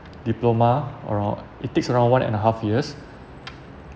diploma around it takes around one and a half years